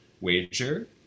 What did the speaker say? wager